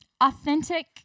authentic